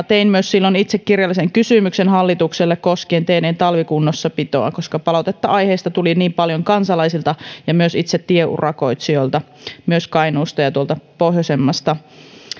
tein silloin myös itse kirjallisen kysymyksen hallitukselle koskien teiden talvikunnossapitoa koska palautetta aiheesta tuli niin paljon kansalaisilta ja myös itse tieurakoitsijoilta myös kainuusta ja tuolta pohjoisemmasta